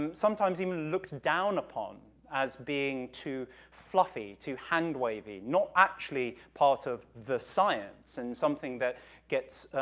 um sometimes even looked down upon as being too fluffy, too hand-wavy, not actually part of the science and something that gets,